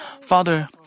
Father